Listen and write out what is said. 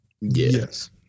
Yes